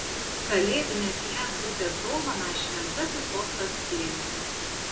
kalėdinę fiat grupės dovaną šventasis sostas priėmė